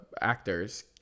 actors